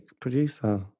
producer